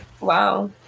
Wow